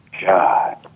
God